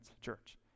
church